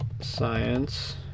science